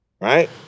Right